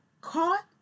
caught